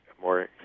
more